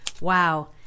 Wow